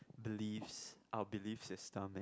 beliefs our belief system and